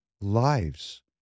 lives